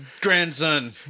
grandson